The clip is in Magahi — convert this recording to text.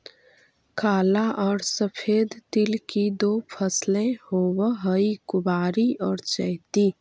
काला और सफेद तिल की दो फसलें होवअ हई कुवारी और चैती